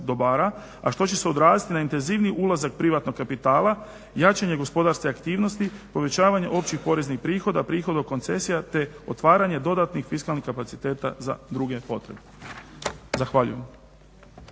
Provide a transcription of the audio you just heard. a što će se odraziti na intenzivniji ulazak privatnog kapitala, jačanje gospodarske aktivnosti, povećavanje općih poreznih prihoda, prihoda od koncesija te otvaranje dodatnih fiskalnih kapaciteta za druge potrebe. Zahvaljujem.